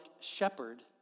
shepherd